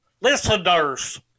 Listeners